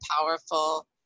powerful